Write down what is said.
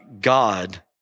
God